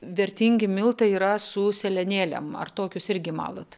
vertingi miltai yra su sėlenėlėm ar tokius irgi malat